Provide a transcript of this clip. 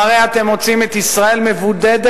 והרי אתם מוצאים את ישראל מבודדת,